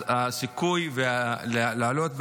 הסיכוי לעלות,